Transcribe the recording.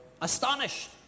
astonished